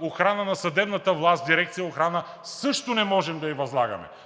Охрана на съдебната власт, дирекция „Охрана“ също не можем да ѝ възлагаме,